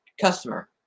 customer